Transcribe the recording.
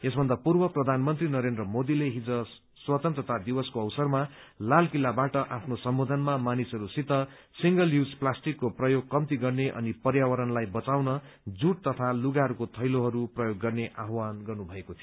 यसभन्दा पूर्व प्रधानमन्त्री नरेन्द्र मोदीले हिज स्वतन्त्रता दिवसको अवसरमा लाल किल्लाबाट आफ्नो सम्बोधनमा मानिसहरूसित सिंगल यूज प्लास्टिकको प्रयोग कम्ती गर्ने अनि पर्यावरणलाई बचाउन जूट तथा लुगाको थैलीहरू प्रयोग गर्ने आह्वान गर्नुभएको थियो